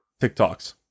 TikToks